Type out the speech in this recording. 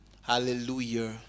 Hallelujah